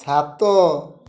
ସାତ